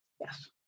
Yes